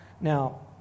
Now